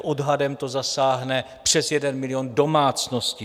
Odhadem to zasáhne přes jeden milion domácností.